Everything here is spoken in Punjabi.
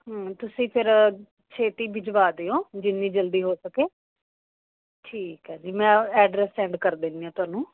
ਹਮ ਤੁਸੀਂ ਫਿਰ ਛੇਤੀ ਭਿਜਵਾ ਦਿਓ ਜਿੰਨੀ ਜਲਦੀ ਹੋ ਸਕੇ ਠੀਕ ਹੈ ਜੀ ਮੈਂ ਐਡਰੈੱਸ ਸੈਂਡ ਕਰ ਦੇਣੀ ਹਾਂ ਤੁਹਾਨੂੰ